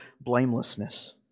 blamelessness